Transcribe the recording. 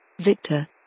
Victor